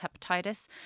hepatitis